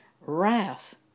Wrath